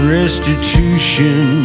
restitution